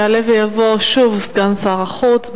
יעלה ויבוא שוב סגן שר החוץ.